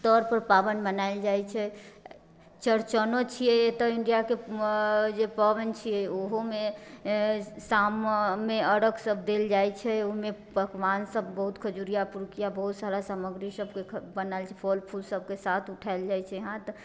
तौर पर पाबनि मनाएल जाइत छै चौड़चनो छिऐ एतऽ इंडियाके जे पाबनि छिऐ ओहोमे शाममे अरघ सब देल जाइत छै ओहिमे पकवान सब बहुत खजुरिआ पुरुकिआ बहुत सारा सामग्री सबके बनाएल जाइत छै फल फूल सबके साथ उठाएल जाइत छै हाथ